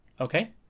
Okay